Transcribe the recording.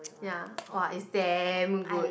ya !wah! it's damn good